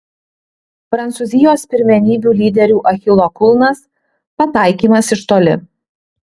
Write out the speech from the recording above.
prancūzijos pirmenybių lyderių achilo kulnas pataikymas iš toli